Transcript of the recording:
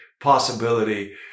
possibility